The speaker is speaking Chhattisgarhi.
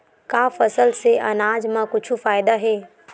का फसल से आनाज मा कुछु फ़ायदा हे?